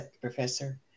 professor